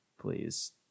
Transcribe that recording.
please